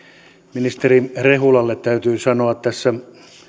ministeri rehulalle täytyy sanoa tässä